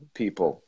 people